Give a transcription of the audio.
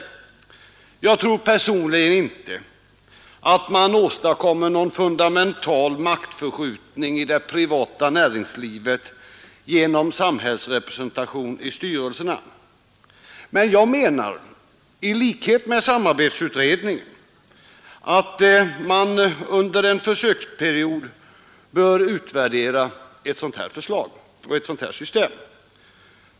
Jag tror personligen inte att man åstadkommer någon fundamental maktförskjutning i det privata näringslivet genom samhällsrepresentation i styrelserna, men jag menar, i likhet med samarbetsutredningen, att man under en försöksperiod bör utvärdera ett sådant system.